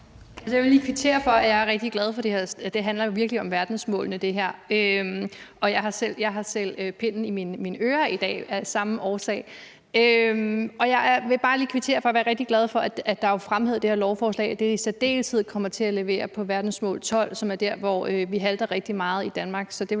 Jeg vil lige sige, at jeg er rigtig glad for det her. Det her handler jo virkelig om verdensmålene. Jeg har selv nålen i mine ører i dag af samme årsag. Jeg vil bare lige sige, at jeg er rigtig glad for, at det jo er fremhævet i det her lovforslag, at man i særdeleshed kommer til at levere i forhold til verdensmål nr. 12, som er det mål, som vi halter rigtig meget efter i Danmark.